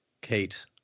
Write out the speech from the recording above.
Kate